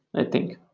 i think.